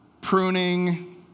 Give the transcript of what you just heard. pruning